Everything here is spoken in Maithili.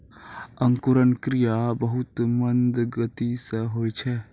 अंकुरन क्रिया बहुत मंद गति सँ होय छै